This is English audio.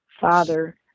father